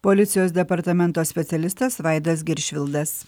policijos departamento specialistas vaidas giršvildas